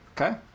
Okay